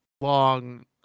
long